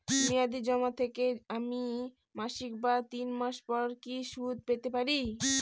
মেয়াদী জমা থেকে আমি মাসিক বা তিন মাস পর কি সুদ পেতে পারি?